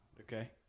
Okay